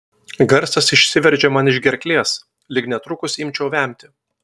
garsas išsiveržė man iš gerklės lyg netrukus imčiau vemti